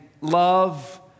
love